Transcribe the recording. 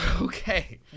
Okay